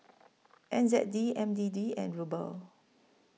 N Z D N D D and Ruble